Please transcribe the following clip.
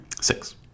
Six